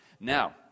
now